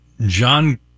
John